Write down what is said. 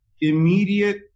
immediate